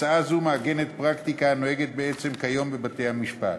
הצעה זו מעגנת פרקטיקה הנוהגת בעצם כיום בבתי-המשפט.